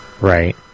right